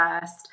first